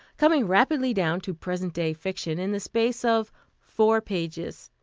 coming rapidly down to present-day fiction in the space of four pages.